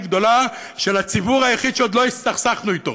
גדולה של הציבור היחיד שעוד לא הסתכסכנו אתו,